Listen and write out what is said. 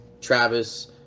Travis